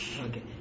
Okay